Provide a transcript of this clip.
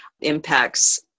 impacts